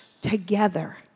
together